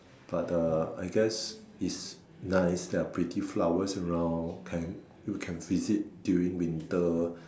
but uh I guess is nice there are pretty flowers around can you can visit during winter